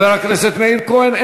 חבר הכנסת מאיר כהן,